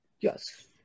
Yes